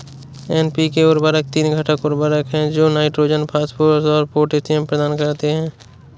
NPK उर्वरक तीन घटक उर्वरक हैं जो नाइट्रोजन, फास्फोरस और पोटेशियम प्रदान करते हैं